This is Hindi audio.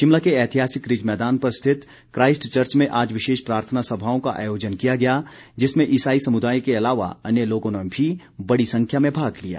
शिमला के ऐतिहासिक रिज मैदान में स्थित क्राईस्ट चर्च में आज विशेष प्रार्थना सभाओं का आयोजन किया गया जिसमें इसाई समुदाय के अलावा अन्य लोगों ने भी बड़ी संख्या में भाग लिया